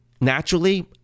Naturally